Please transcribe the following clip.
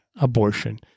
abortion